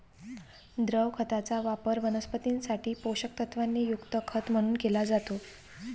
द्रव खताचा वापर वनस्पतीं साठी पोषक तत्वांनी युक्त खत म्हणून केला जातो